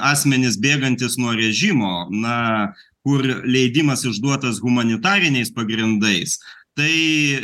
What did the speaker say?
asmenys bėgantys nuo režimo na kur leidimas išduotas humanitariniais pagrindais tai